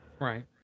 Right